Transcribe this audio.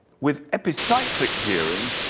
with epicyclic gearing,